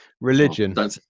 Religion